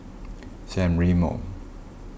San Remo